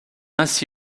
ainsi